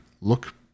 look